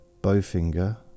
Bowfinger